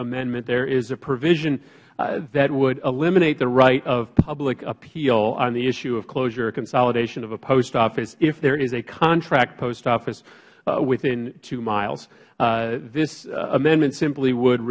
amendment there is a provision that would eliminate the right of public appeal on the issue of closure or consolidation of a post office if there is a contract post office within two miles this amendment simply would